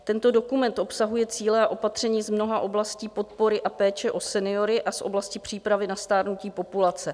Tento dokument obsahuje cíle a opatření z mnoha oblastí podpory a péče o seniory a z oblasti přípravy na stárnutí populace.